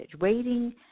waiting